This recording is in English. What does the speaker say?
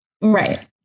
Right